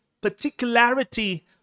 particularity